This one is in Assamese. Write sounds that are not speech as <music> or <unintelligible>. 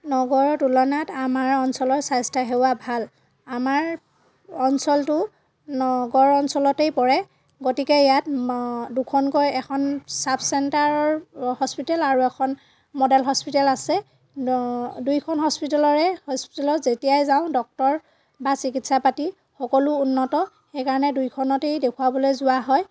নগৰৰ তুলনাত আমাৰ অঞ্চলৰ স্বাস্থ্য়সেৱা ভাল আমাৰ অঞ্চলটো নগৰ অঞ্চলতেই পৰে গতিকে ইয়াত <unintelligible> দুখনকৈ এখন চাব চেণ্টাৰ হস্পিতাল আৰু এখন মডেল হস্পিতাল আছে দুয়োখন হস্পিতালৰে হস্পিতালত যেতিয়াই যাওঁ ডক্টৰ বা চিকিৎসা পাতি সকলো উন্নত সেইকাৰণে দুয়োখনতেই দেখুৱাবলৈ যোৱা হয়